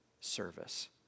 service